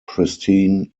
pristine